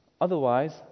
Otherwise